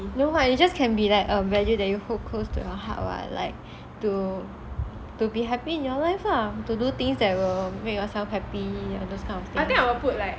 no [what] it just can be like a value that you hold close to her heart [what] like to to be happy in your life lah to do things that will make yourself happy all those kind of things